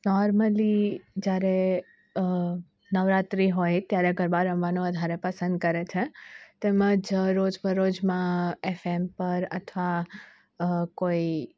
normally જ્યારે નવરાત્રિ હોય ત્યારે ગરબા રમવાનું વધારે પસંદ કરે છે તેમજ રોજ બરોજમાં એફએમ પર અથવા કોઈ